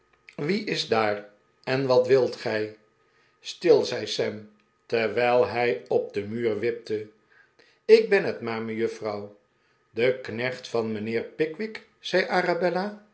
wie is daar en wat wilt gij stii zei sam terwijl hij op den muur wipte ik ben het maar me juffrouw de knecht van mijnheer pickwick zei arabella